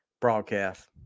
broadcast